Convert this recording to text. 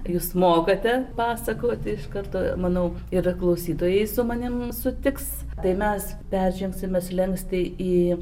jūs mokate pasakoti iš karto manau ir klausytojai su manim sutiks tai mes peržengsime slenkstį į